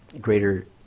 greater